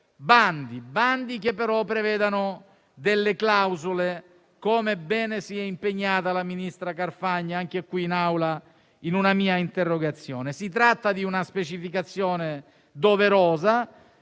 bandi che prevedano, però, delle clausole, come bene si è impegnata la ministra Carfagna anche in quest'Aula rispondendo a una mia interrogazione. Si tratta di una specificazione doverosa